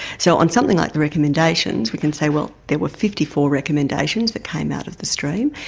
so on something like the recommendations, we can say, well there were fifty four recommendations that came out of the stream,